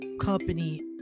company